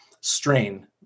strain